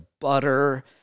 butter